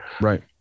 right